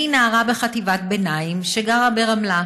אני נערה בחטיבת ביניים שגרה ברמלה,